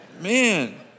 Man